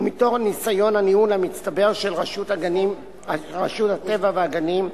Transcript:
ומתוך ניסיון הניהול המצטבר של רשות הטבע והגנים,